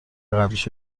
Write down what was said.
قبلیشو